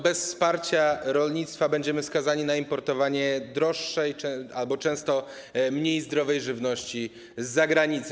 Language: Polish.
Bez wsparcia rolnictwa będziemy skazani na importowanie droższej albo często mniej zdrowej żywności zza granicy.